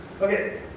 Okay